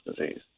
disease